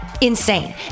insane